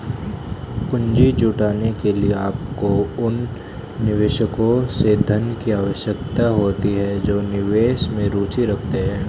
पूंजी जुटाने के लिए, आपको उन निवेशकों से धन की आवश्यकता होती है जो निवेश में रुचि रखते हैं